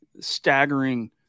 staggering